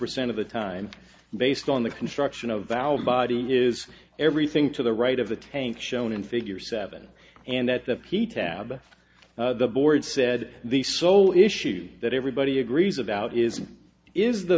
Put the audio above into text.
percent of the time based on the construction of valve body is everything to the right of the tank shown in figure seven and that the key tab the board said the sole issue that everybody agrees about is is the